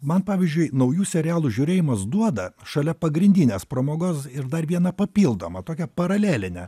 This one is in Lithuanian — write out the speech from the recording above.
man pavyzdžiui naujų serialų žiūrėjimas duoda šalia pagrindinės pramogos ir dar vieną papildomą tokią paralelinę